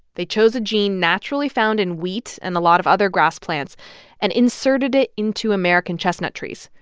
they chose a gene naturally found in wheat and a lot of other grass plants and inserted it into american chestnut trees.